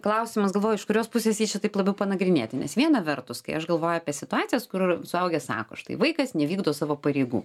klausimas galvoju iš kurios pusės jį čia taip labiau panagrinėti nes viena vertus kai aš galvoju apie situacijas kur suaugę sako štai vaikas nevykdo savo pareigų